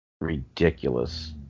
ridiculous